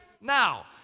now